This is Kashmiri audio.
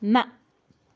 نہَ